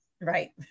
Right